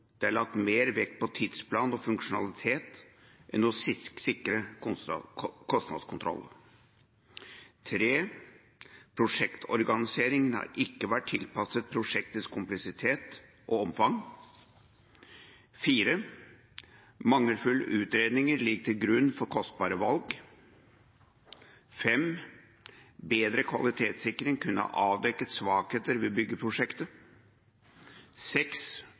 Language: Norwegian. Det er lagt mer vekt på tidsplan og funksjonalitet enn på å sikre kostnadskontroll. Prosjektorganiseringen har ikke vært tilpasset prosjektets kompleksitet og omfang. Mangelfulle utredninger ligger til grunn for kostbare valg. Bedre kvalitetssikring kunne ha avdekket svakheter ved byggeprosjektet.